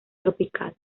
tropical